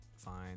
Fine